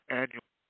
annual